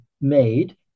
made